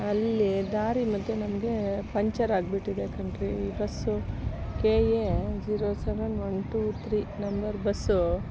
ಅಲ್ಲಿ ದಾರಿ ಮಧ್ಯೆ ನಮಗೆ ಪಂಚರ್ ಆಗಿಬಿಟ್ಟಿದೆ ಕಣ್ರೀ ಈ bus K A zero seven one two three number bus